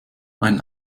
ein